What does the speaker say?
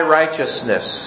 righteousness